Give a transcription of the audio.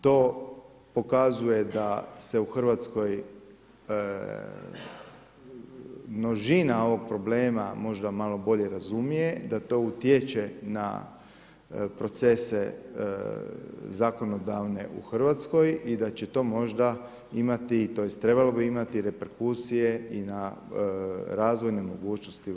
To pokazuje da se u Hrvatskoj množina ovog problema možda malo bolje razumije, da to utječe na procese zakonodavne u Hrvatskoj ii da će to možda imati, tj. trebalo bi imati reperkusije i na razvojne mogućnosti u RH.